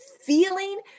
feeling